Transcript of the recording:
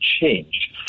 change